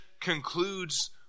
concludes